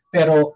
Pero